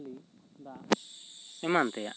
ᱮᱢᱟᱱ ᱛᱮᱭᱟᱜ